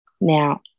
Now